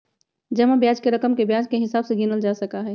जमा ब्याज के रकम के ब्याज के हिसाब से गिनल जा सका हई